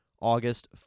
August